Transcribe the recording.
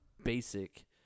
Basic